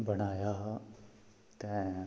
बनाया हा ते